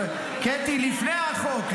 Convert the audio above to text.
קטי, לפני החוק.